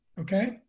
Okay